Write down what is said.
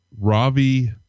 Ravi